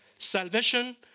Salvation